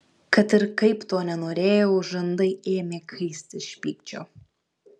kad ir kaip to nenorėjau žandai ėmė kaisti iš pykčio